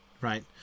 right